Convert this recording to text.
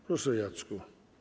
Proszę, Jacku.